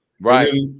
Right